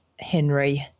Henry